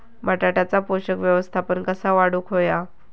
बटाट्याचा पोषक व्यवस्थापन कसा वाढवुक होया?